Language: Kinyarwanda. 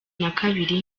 nakabiri